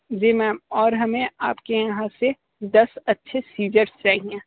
जी ma'am और हमें आपके यहाँ से दस अच्छे सिज़र्स चाहिए